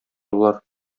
болар